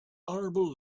honorable